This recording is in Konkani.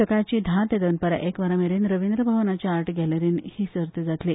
सकाळची धा ते दनपारां एक वरंा मेरेन रवींद्र भवनाचे आर्ट गॅलरींत ही सर्त जातली